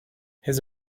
his